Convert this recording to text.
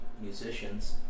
musicians